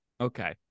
okay